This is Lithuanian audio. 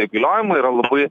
įgaliojimai yra labai